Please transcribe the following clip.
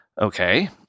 Okay